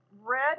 Red